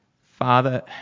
Father